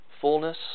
fullness